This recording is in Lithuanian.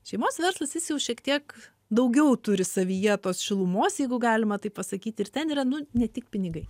šeimos verslas jis jau šiek tiek daugiau turi savyje tos šilumos jeigu galima taip pasakyt ir ten yra nu ne tik pinigai